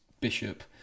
bishop